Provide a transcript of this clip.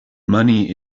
money